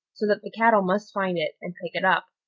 so that the cattle must find it, and pick it up,